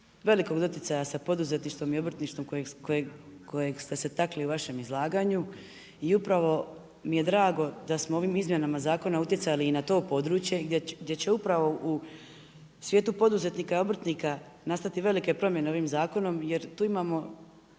velikog doticaja sa poduzetništvom i obrtništvom kojeg ste se takli u vašem izlaganju i upravo mi je drago da smo ovim izmjenama zakona utjecali i na to područje gdje će upravo u svijetu poduzetnika i obrtnika nastati velike promjene ovim zakonom jer tu imamo